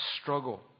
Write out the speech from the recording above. struggle